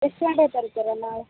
ಎಷ್ಟು ಗಂಟೆಗೆ ತರ್ತೀರ ನಾಳೆ